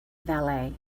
valet